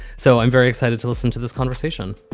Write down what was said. so i'm very excited to listen to this conversation